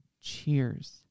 Cheers